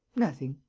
nothing.